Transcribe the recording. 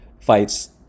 fights